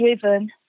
driven